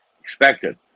expected